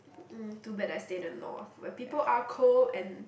mm too bad I stay in the north where people are cold and